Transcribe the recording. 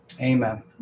Amen